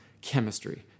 chemistry